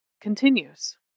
continues